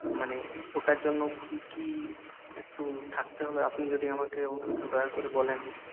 মানে ওটার জন্য কি কি একটু থাকতে হবে আপনি যদি আমাকে দয়া করে বলেন